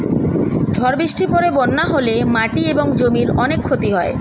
ঝড় বৃষ্টির পরে বন্যা হলে মাটি এবং জমির অনেক ক্ষতি হয়